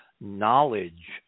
knowledge